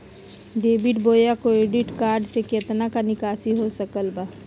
Debit बोया credit card से कितना का निकासी हो सकल बा?